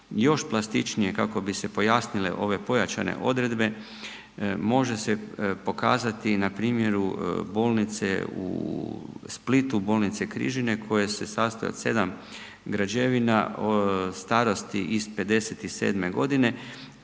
Još plastičnije kako bi se pojasnile ove pojačane odredbe može pokazati na primjeru bolnice u Splitu, bolnice Križine koje se sastoje od 7 građevina starosti iz '57. godine